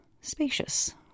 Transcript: spacious